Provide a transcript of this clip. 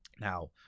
Now